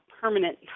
permanent